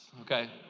okay